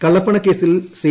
കള്ളപ്പണക്കേസിൽ Shri